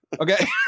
Okay